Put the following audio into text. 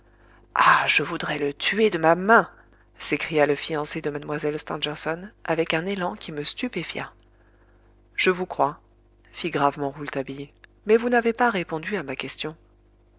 ah je voudrais le tuer de ma main s'écria le fiancé de mlle stangerson avec un élan qui me stupéfia je vous crois fit gravement rouletabille mais vous n'avez pas répondu à ma question